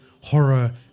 horror